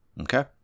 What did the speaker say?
Okay